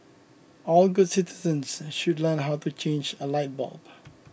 all good citizens should learn how to change a light bulb